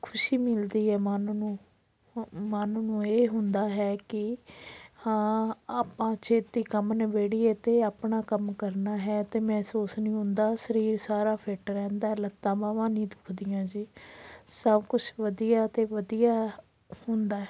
ਖੁਸ਼ੀ ਮਿਲਦੀ ਹੈ ਮਨ ਨੂੰ ਮਨ ਨੂੰ ਇਹ ਹੁੰਦਾ ਹੈ ਕਿ ਹਾਂ ਆਪਾਂ ਛੇਤੀ ਕੰਮ ਨਿਬੇੜੀਏ ਅਤੇ ਆਪਣਾ ਕੰਮ ਕਰਨਾ ਹੈ ਅਤੇ ਮਹਿਸੂਸ ਨਹੀਂ ਹੁੰਦਾ ਸਰੀਰ ਸਾਰਾ ਫਿੱਟ ਰਹਿੰਦਾ ਲੱਤਾਂ ਬਾਹਵਾਂ ਨਹੀਂ ਦੁੱਖਦੀਆਂ ਜੀ ਸਭ ਕੁਛ ਵਧੀਆ ਅਤੇ ਵਧੀਆ ਹੁੰਦਾ